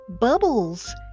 Bubbles